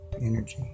energy